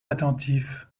attentif